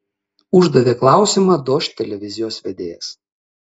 uždavė klausimą dožd televizijos vedėjas